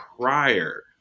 prior